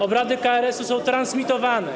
Obrady KRS są transmitowane.